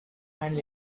faintly